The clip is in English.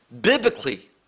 Biblically